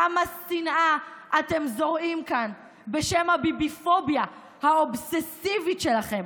כמה שנאה אתם זורעים כאן בשם הביביפוביה האובססיבית שלכם.